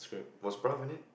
was in it